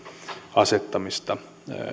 asettamista